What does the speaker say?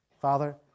Father